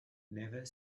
never